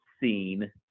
seen